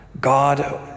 God